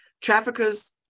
Traffickers